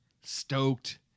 stoked